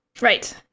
Right